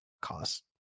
cost